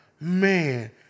Man